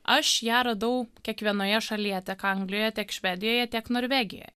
aš ją radau kiekvienoje šalyje tiek anglijoje tiek švedijoje tiek norvegijoje